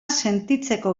sentitzeko